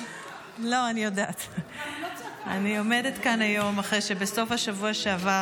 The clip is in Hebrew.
אני עומדת כאן היום אחרי שבסוף השבוע שעבר